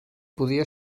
podia